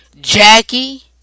Jackie